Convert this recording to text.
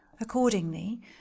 Accordingly